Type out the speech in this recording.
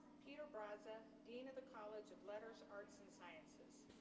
peter braza, dean of the college of letters, arts, and sciences.